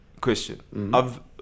question